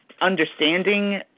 understanding